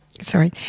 Sorry